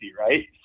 Right